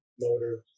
motor